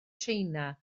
china